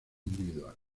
individuales